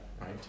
right